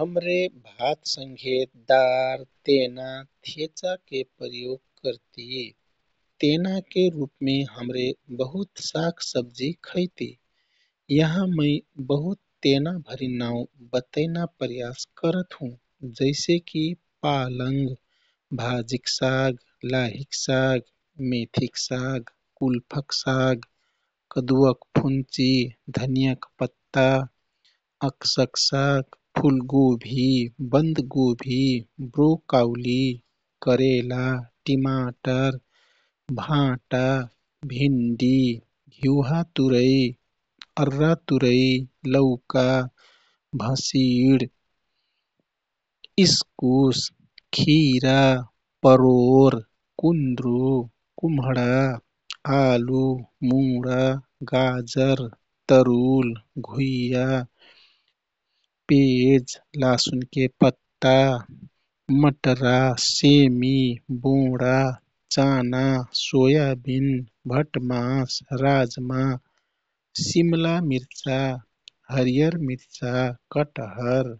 हमरे भातसँघे दार, तेना, थेचाके प्रयोग करती। तेनाके रूपमे हमरे बहुत सागसब्जी खैती। यहाँ मै बहुत तेना भरिन नाउ बतैना प्रयास करत हुँ। जैसेकिः पालङ्ग, भाजिक साग, लाहिक साग, मेथिक साग, कुल्फाक साग, कदुवाक फुन्ची, धनियाँक पत्ता, अकसक साग, फुलगोभी, बन्दगोभी, ब्रोकाउली, करेला, टिमाटर, भाँटा, भिन्डी, घिउहा तुरै, अररा तुरै, लौका, भसिँड, इसकुस, खिरा, परोर, कुन्द्रु, कुमडा, आलु, मुडा, गाजर, तरूल, घुइया, पेज, लासुनके पत्ता, मटरा, सेमी, बोँडा, चाना, सोयाबिन, भटमास, राजमा, सिमला मिर्चा, हरियर मिर्चा, कटहर,